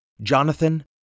Jonathan